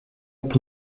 pour